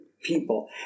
people